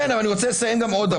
כן, אבל אני רוצה לסיים עוד דבר.